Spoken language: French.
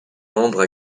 membre